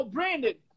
Brandon